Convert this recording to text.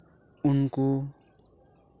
ᱩᱱᱠᱩ